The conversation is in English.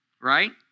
Right